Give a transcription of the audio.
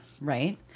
right